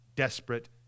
desperate